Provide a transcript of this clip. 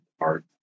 art